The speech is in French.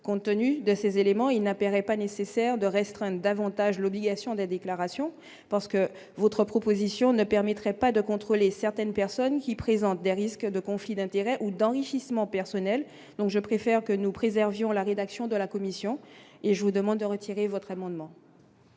compte tenu de ces éléments, il n'a pas nécessaire de restreindre davantage l'obligation de déclaration parce que votre proposition ne permettrait pas de contrôler certaines personnes qui présentent des risques de conflit d'intérêts ou d'enrichissement personnel, donc je préfère que nous préservions la rédaction de la commission et je vous demande de retirer votre amendement.